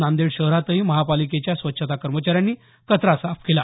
नांदेड शहरातही महापालिकेच्या स्वच्छता कर्मचाऱ्यांनी कचरा साफ केला